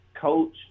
coach